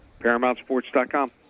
paramountsports.com